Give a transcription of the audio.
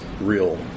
real